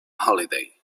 holiday